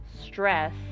stress